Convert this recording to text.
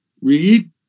Read